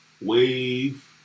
Wave